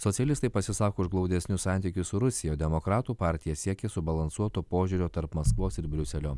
socialistai pasisako už glaudesnius santykius su rusija demokratų partija siekia subalansuoto požiūrio tarp maskvos ir briuselio